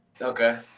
Okay